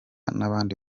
n’abandi